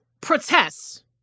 protests